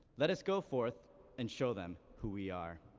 let us go forth and show them who we are.